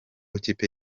ikipe